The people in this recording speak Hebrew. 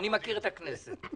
אני מכיר את הכנסת.